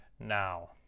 now